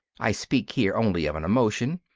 i speak here only of an emotion,